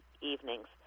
evenings